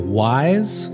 wise